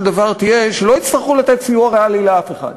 דבר תהיה שלא יצטרכו לתת סיוע ריאלי לאף אחד,